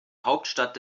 hauptstadt